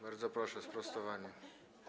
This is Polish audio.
Bardzo proszę, sprostowanie.